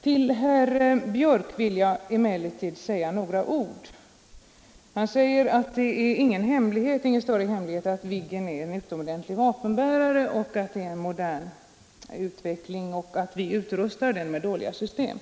Till herr Björck i Nässjö vill jag emellertid säga några ord. Han sade att det är ingen större hemlighet att Viggen är en utomordentlig vapenbärare men att vi utrustar den med dåliga system.